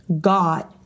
God